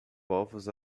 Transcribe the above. povos